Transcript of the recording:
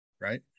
right